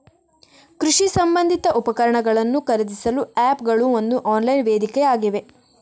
ಕೃಷಿ ಸಂಬಂಧಿತ ಉಪಕರಣಗಳನ್ನು ಖರೀದಿಸಲು ಆಪ್ ಗಳು ಒಂದು ಆನ್ಲೈನ್ ವೇದಿಕೆಯಾಗಿವೆ